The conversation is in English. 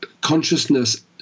consciousness